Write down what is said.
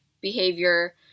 behavior